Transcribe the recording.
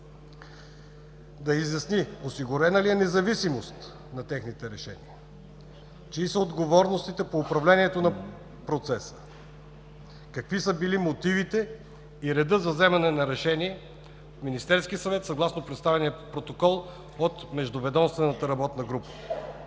да изясни осигурена ли е независимост на техните решения, чии са отговорностите по управлението на процеса? Какви са били мотивите и реда за вземане на решения от Министерския съвет, съгласно представения протокол от междуведомствената работна група?